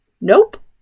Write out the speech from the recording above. Nope